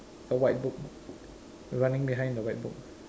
a white book running behind the white book